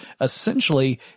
Essentially